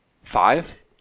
Five